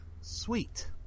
Sweet